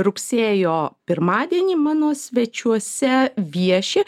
rugsėjo pirmadienį mano svečiuose vieši